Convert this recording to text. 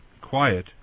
quiet